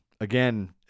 again